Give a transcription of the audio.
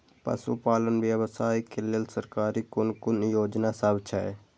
पशु पालन व्यवसाय के लेल सरकारी कुन कुन योजना सब छै?